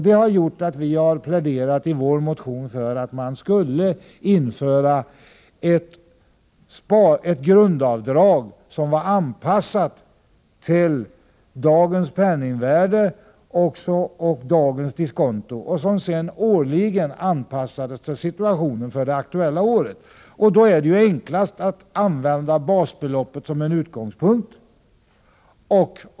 Detta har gjort att vi i vår motion pläderar för att man skulle införa ett grundsparavdrag som var anpassat till dagens penningvärde och dagens diskonto och som sedan årligen skulle anpassas till situationen för det aktuella året. Då är det ju enklast att använda basbeloppet som utgångspunkt.